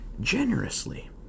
generously